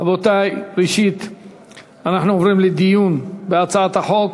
רבותי, ראשית אנחנו עוברים לדיון בהצעת החוק.